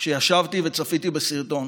כשישבתי וצפיתי בסרטון,